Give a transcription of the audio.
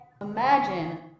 Imagine